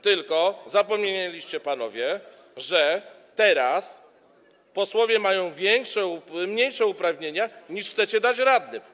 Tylko zapomnieliście panowie, że teraz posłowie mają mniejsze uprawnienia niż chcecie dać radnym.